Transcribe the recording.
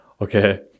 Okay